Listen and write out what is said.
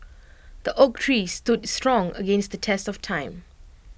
the oak tree stood strong against the test of time